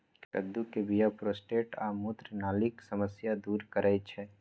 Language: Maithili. कद्दू के बीया प्रोस्टेट आ मूत्रनलीक समस्या दूर करै छै